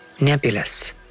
nebulous